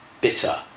bitter